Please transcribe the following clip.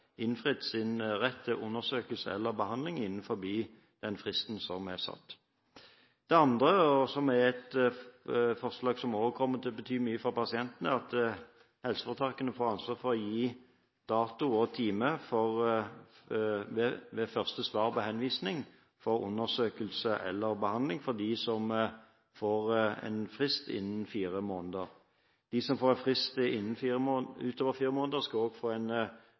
innfridd sin rett til undersøkelse eller behandling innenfor den fristen som er satt. Det andre, som er et forslag som også kommer til å bety mye for pasientene, er at helseforetakene ved første svar på henvisning får ansvar for å gi dato og time for undersøkelse eller behandling til dem som får en frist innen fire måneder. De som får en frist utover fire måneder, skal også få